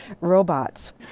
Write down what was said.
robots